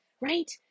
right